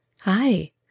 Hi